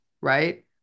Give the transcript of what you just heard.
right